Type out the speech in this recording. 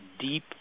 deep